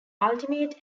ultimate